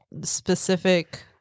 specific